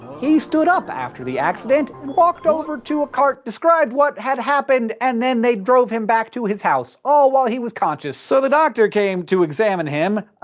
he stood up after the accident, and walked over to a cart, described what had happened, and then they drove him back to his house, all while he was conscious. so the doctor came to examine him,